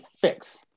fix